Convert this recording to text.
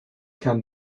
can